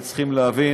הם צריכים להבין